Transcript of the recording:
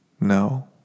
no